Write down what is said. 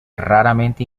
raramente